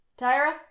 Tyra